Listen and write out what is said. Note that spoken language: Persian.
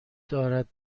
دارد